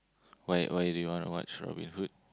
why why do you want to watch Robin-Hood